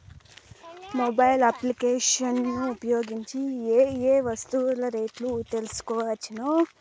Mobile applications ను ఉపయోగించి ఏ ఏ వస్తువులు రేట్లు తెలుసుకోవచ్చును?